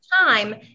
time